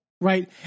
Right